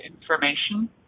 information